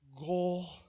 goal